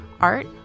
art